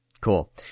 cool